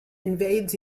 invades